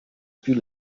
più